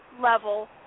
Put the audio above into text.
level